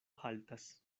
haltas